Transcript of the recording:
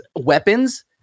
weapons